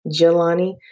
Jelani